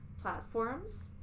platforms